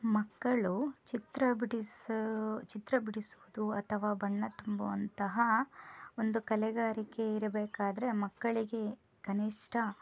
ಮಕ್ಕಳು ಚಿತ್ರ ಬಿಡಿಸ ಚಿತ್ರ ಬಿಡಿಸುವುದು ಅಥವಾ ಬಣ್ಣ ತುಂಬುವಂತಹ ಒಂದು ಕಲೆಗಾರಿಕೆ ಇರಬೇಕಾದ್ರೆ ಮಕ್ಕಳಿಗೆ ಕನಿಷ್ಠ